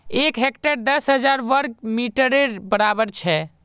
एक हेक्टर दस हजार वर्ग मिटरेर बड़ाबर छे